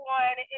one